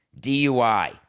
DUI